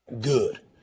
Good